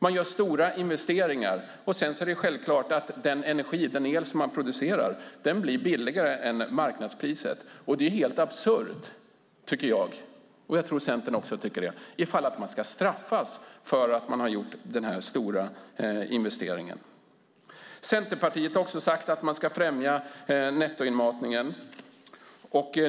Man gör stora investeringar, och sedan är det självklart att den el som man producerar blir billigare än marknadspriset. Det är helt absurt, tycker jag, och jag tror att Centern också tycker det, ifall man ska straffas för att man har gjort denna stora investering. Centerpartiet har också sagt att man ska främja nettoinmatningen.